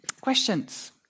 Questions